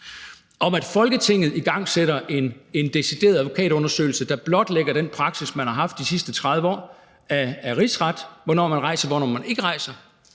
om, at Folketinget igangsætter en decideret advokatundersøgelse, der blotlægger den praksis, man har haft de sidste 30 år, i forbindelse med rigsretssager – altså hvornår man rejser dem, og hvornår man ikke rejser